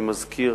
אני מזכיר